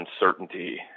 uncertainty